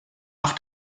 nach